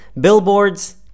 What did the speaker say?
billboards